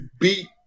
beat